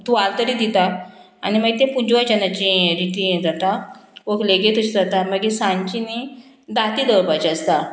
तुवालो तरी दिता आनी मागीर तें पुंजवचनाची रिती जाता व्हंकलेगे तशें जाता मागीर सांजची न्ही दांती दळपाची आसता